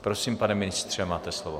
Prosím, pane ministře, máte slovo.